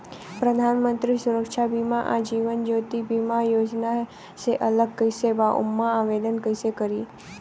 प्रधानमंत्री सुरक्षा बीमा आ जीवन ज्योति बीमा योजना से अलग कईसे बा ओमे आवदेन कईसे करी?